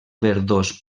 verdós